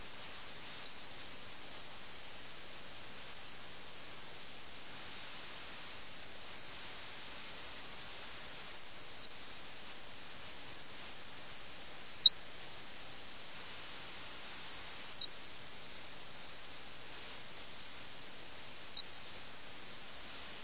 ആ പ്രദേശത്ത് നിന്ന് ഉദ്യോഗസ്ഥന് ലഭിക്കുന്ന ഇത്തരത്തിലുള്ള പ്രത്യേക പദവിക്ക് പകരമായി അദ്ദേഹം പ്രതിസന്ധി ഘട്ടങ്ങളിൽ രാജാവിന് സൈന്യത്തെ വാഗ്ദാനം ചെയ്യേണ്ടതുണ്ട്